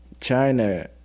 China